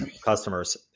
customers